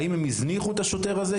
האם הם הזניחו את השוטר הזה?